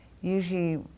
usually